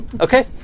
Okay